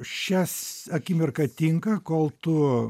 šias akimirką tinka kol tu